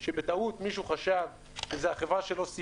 חס ושלום.